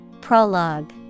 Prologue